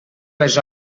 les